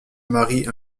mary